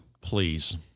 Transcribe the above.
Please